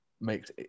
makes